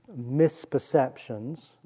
misperceptions